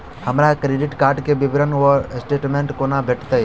हमरा credit card केँ विवरण वा स्टेटमेंट कोना भेटत?